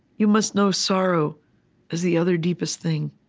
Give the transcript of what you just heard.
you must know sorrow as the other deepest thing.